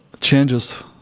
changes